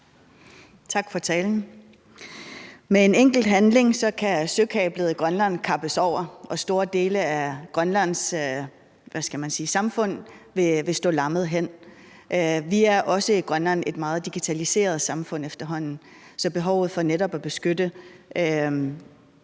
Tak for talen. Med en enkelt handling kan søkablet i Grønland kappes over, og store dele af Grønlands samfund vil stå lammede hen. Vi er i Grønland også et meget digitaliseret samfund efterhånden, så behovet for netop at beskytte